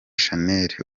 shanel